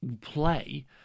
play